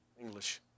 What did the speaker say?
English